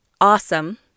awesome